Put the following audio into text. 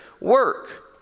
work